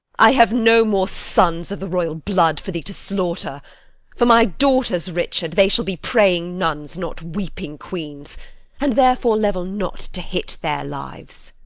i have no more sons of the royal blood for thee to slaughter for my daughters, richard they shall be praying nuns, not weeping queens and therefore level not to hit their lives.